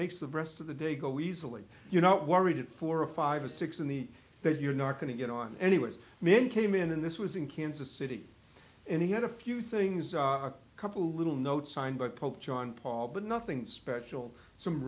makes the rest of the day go easily you're not worried at four or five or six in the that you're not going to get on anyways men came in and this was in kansas city and he had a few things a couple little notes signed by pope john paul but nothing special some